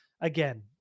Again